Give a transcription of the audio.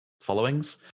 followings